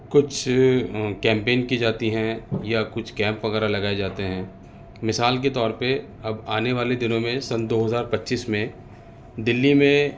کچھ کیمپین کی جاتی ہیں یا کچھ کیمپ وغیرہ لگائے جاتے ہیں مثال کے طور پہ اب آنے والے دنوں میں سن دو ہزار پچیس میں دلی میں